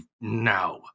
now